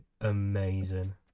amazing